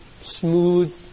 Smooth